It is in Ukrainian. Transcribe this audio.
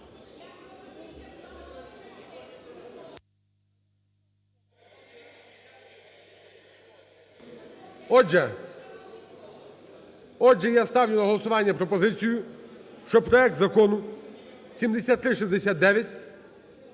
Отже, я ставлю на голосування пропозицію, що проект закону 7369